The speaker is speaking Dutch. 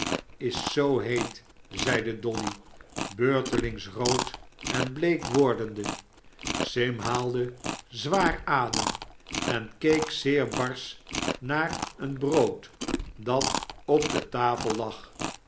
is zoo heet zeide dolly beurtelings rood en bleek wordende sim haalde zwaar adem en keek zeer barsch naar een brood dat op de tafel lag